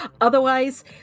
Otherwise